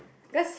because